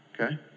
okay